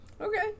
Okay